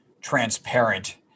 transparent